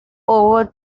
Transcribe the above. over